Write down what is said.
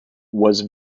was